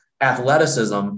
athleticism